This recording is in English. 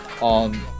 on